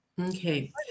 Okay